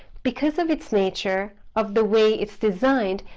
because of its nature of the way it's designed,